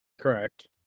correct